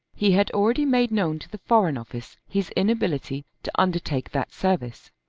he had already made known to the foreign office his inability to undertake that service.